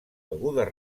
begudes